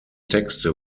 texte